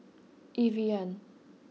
Evian